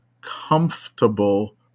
comfortable